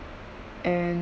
and